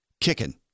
kicking